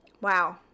wow